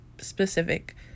specific